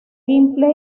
simple